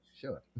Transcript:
Sure